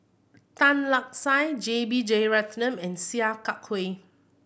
Tan Lark Sye J B Jeyaretnam and Sia Kah Hui